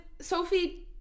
Sophie